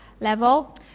level